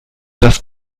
das